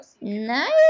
Nice